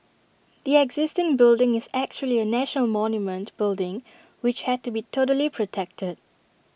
the existing building is actually A national monument building which had to be totally protected